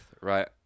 right